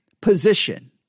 position